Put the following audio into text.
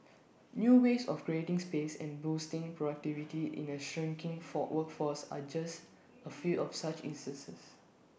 new ways of creating space and boosting productivity in A shrinking for workforce are just A few of such instances